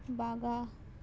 Baga